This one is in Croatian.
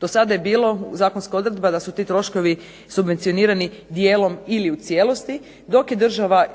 Do sada je bilo zakonska odredba da su ti troškovi subvencionirani dijelom ili u cijelosti, dok je država